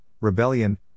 rebellion